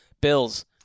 Bills